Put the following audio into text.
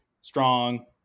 strong